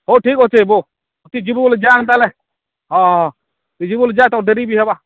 ହଉ ଠିକ୍ ଅଛି ବୋ ତୁଇ ଯିବୁ ବୋଲେ ଯା ହେନ୍ତା ହେଲେ ହଁ ହଁ ତୁଇ ଯିବୁଁ ବୋଲେ ଯାଆଁ ତୋର୍ ଡ଼େରି ବି ହେବା